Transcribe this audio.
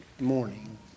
morning